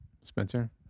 Spencer